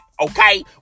okay